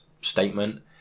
statement